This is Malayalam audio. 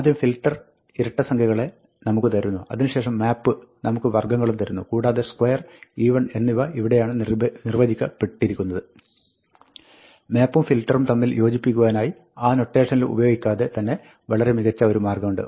ആദ്യം ഫിൽട്ടർ ഇരട്ടസംഖ്യകളെ നമുക്ക് തരുന്നു അതിനുശേഷം മാപ്പ് നമുക്ക് വർഗ്ഗങ്ങളും തരുന്നു കൂടാതെ square even എന്നിവ ഇവിടെയാണ് നിർവ്വചിക്കപ്പെട്ടിരിക്കുന്നത് മാപ്പും ഫിൽട്ടറും തമ്മിൽ യോജിപ്പിക്കുവാനായി ആ നൊട്ടേഷൻ ഉപയോഗിക്കാതെ തന്നെ വളരെ മികച്ച ഒരു മാർഗ്ഗമുണ്ട്